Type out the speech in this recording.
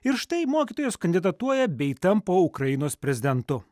ir štai mokytojas kandidatuoja bei tampa ukrainos prezidentu